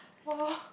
!wah!